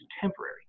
temporary